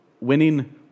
winning